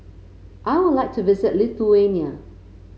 I would like to visit Lithuania